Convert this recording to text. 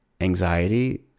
anxiety